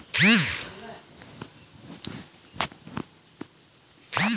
चीन के Shenzhen share बाजार के स्थान दुनिया मे आठ नम्बरो पर छै